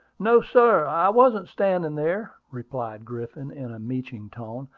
no, sir i wasn't standing there, replied griffin, in a meeching tone.